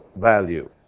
value